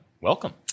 welcome